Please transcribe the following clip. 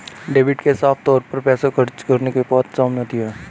debit से साफ तौर पर पैसों के खर्च होने के बात सामने आती है